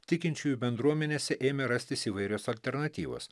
tikinčiųjų bendruomenėse ėmė rastis įvairios alternatyvos